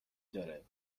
داره